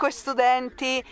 studenti